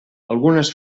algunes